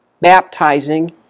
baptizing